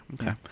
okay